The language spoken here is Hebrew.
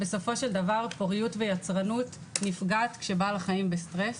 בסופו של דבר פוריות ויצרנות נפגעת כשבעל החיים בסטרס.